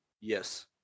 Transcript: Yes